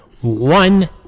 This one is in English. One